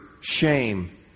Shame